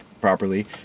properly